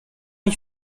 ich